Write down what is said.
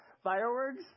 Fireworks